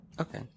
Okay